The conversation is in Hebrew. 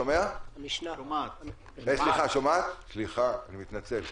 המשנה ליועץ המשפטי לממשלה,